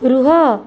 ରୁହ